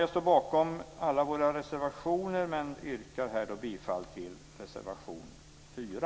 Jag står bakom alla våra reservationer men yrkar här bifall bara till reservation 4.